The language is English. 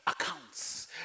accounts